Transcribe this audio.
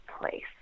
place